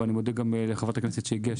ואני מודה גם לחברת הכנסת שהגיעה,